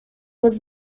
was